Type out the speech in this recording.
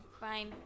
Fine